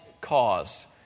cause